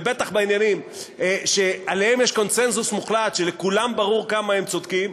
ובטח בעניינים שעליהם יש קונסנזוס מוחלט שלכולם ברור כמה הם צודקים,